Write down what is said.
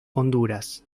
honduras